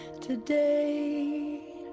today